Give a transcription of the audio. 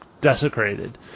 desecrated